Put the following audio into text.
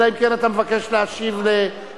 אלא אם כן אתה מבקש להשיב על נימוקיו